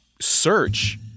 search